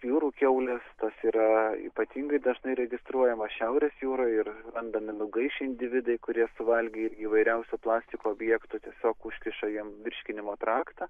jūrų kiaulės tas yra ypatingai dažnai registruojama šiaurės jūroj ir randami nugaišę individai kurie suvalgė irgi įvairiausių plastiko objektų tiesiog užkiša jiem virškinimo traktą